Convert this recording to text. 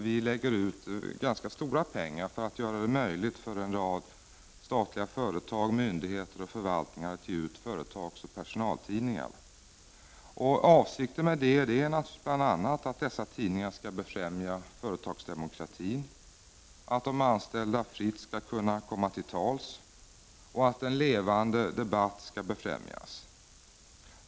Vi lägger ut ganska stora summor på att göra det möjligt för en rad statliga företag, myndigheter och förvaltningar att ge ut företagsoch personaltidningar. Avsikten är naturligtvis bl.a. att dessa tidningar skall befrämja företagsdemokrati, att de anställda fritt skall kunna komma till tals och att stimulera till en levande debatt.